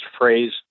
phrase